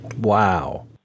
wow